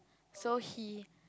so he